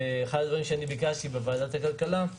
אחד הדברים שביקשתי בוועדת הכלכלה הוא